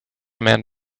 man